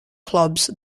clubs